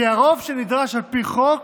כי הרוב שנדרש על פי חוק,